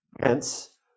Hence